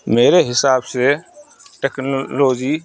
میرے حساب سے ٹیکنالوجی